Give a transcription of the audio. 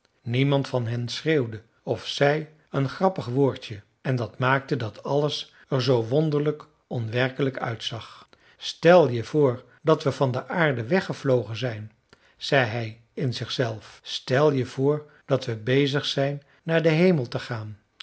niemand van hen schreeuwde of zei een grappig woordje en dat maakte dat alles er zoo wonderlijk onwerkelijk uitzag stel je voor dat we van de aarde weggevlogen zijn zei hij in zichzelf stel je voor dat we bezig zijn naar den hemel te gaan